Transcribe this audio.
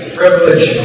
privilege